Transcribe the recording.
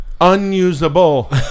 unusable